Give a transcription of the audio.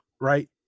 right